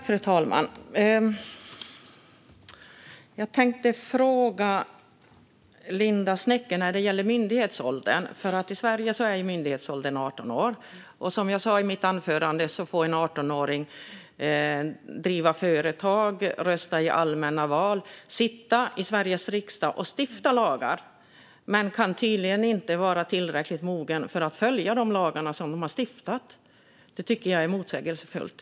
Fru talman! Jag tänkte fråga Linda Westerlund Snecker något när det gäller myndighetsåldern, som är 18 år i Sverige. Som jag sa i mitt anförande får 18-åringar driva företag, rösta i allmänna val och sitta i Sveriges riksdag och stifta lagar, men de är tydligen inte tillräckligt mogna för att följa de lagar som de har stiftat. Detta tycker jag är motsägelsefullt.